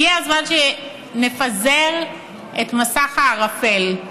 הגיע הזמן שנפזר את מסך הערפל.